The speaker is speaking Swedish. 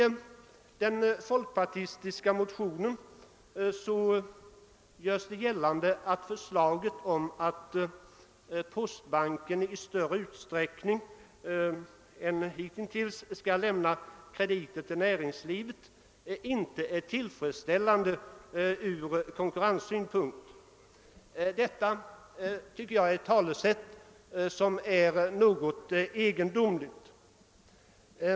I den folkpartistiska motionen görs gällande att förslaget att postbanken i större utsträckning än hitintills skall lämna krediter till näringslivet inte är tillfredsställande från konkurrenssynpunkt. Jag finner detta resonemang något egendomligt.